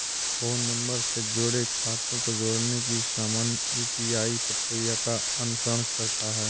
phone number से जुड़े खातों को जोड़ने की सामान्य यू.पी.आई प्रक्रिया का अनुसरण करता है